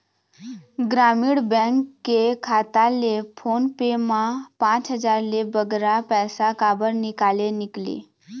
ग्रामीण बैंक के खाता ले फोन पे मा पांच हजार ले बगरा पैसा काबर निकाले निकले?